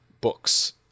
books